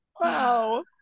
Wow